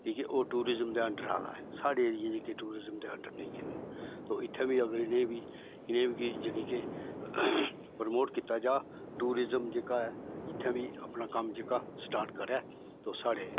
कि के ओह् टूरिजम दे अंडर आ ए दा ऐ साढ़े ऐरिये च जेहके टूरिजम दे अंडर नेईं ऐ तो इत्थे बी अगर इ'नें बी इ'नें बी जानि के प्रमोट कीता जा टूरिजम जेहका ऐ इत्थें बी अपना कम्म जेहका स्टार्ट करै ते साढ़े